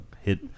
hit